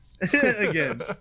Again